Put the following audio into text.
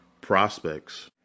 prospects